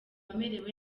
amerewe